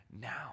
now